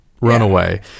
runaway